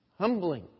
Humbling